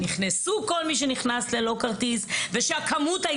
כשנכנסו כל אלה שלא היה להם כרטיס ושהכמות באצטדיון